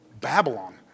Babylon